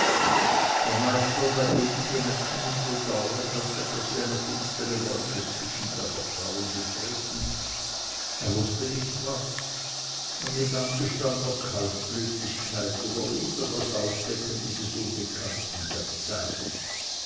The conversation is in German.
der meister dagegen merkte mit bedauern daß etwas wie eine finstere wolke zwischen ihr vertrauen getreten er wußte nicht was und mit angestammter kaltblütigkeit überließ er das aufdecken dieses unbekannten der zeit